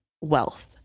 wealth